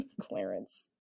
Clarence